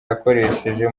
yakoresheje